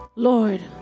Lord